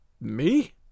Me